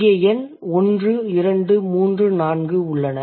இங்கே எண் 1 2 3 4 உள்ளன